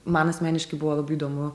man asmeniškai buvo labai įdomu